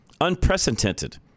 unprecedented